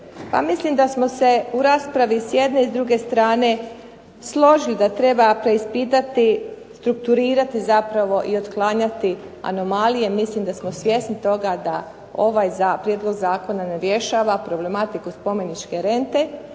mislim da smo se u raspravi s jedne i druge strane složili da treba preispitati, strukturirati zapravo i otklanjati anomalije. Mislim da smo svjesni toga da ovaj prijedlog zakona ne rješava problematiku spomeničke rente